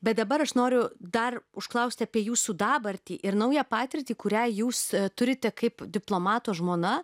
bet dabar aš noriu dar užklaust apie jūsų dabartį ir naują patirtį kurią jūs turite kaip diplomato žmona